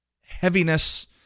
heaviness